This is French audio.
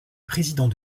président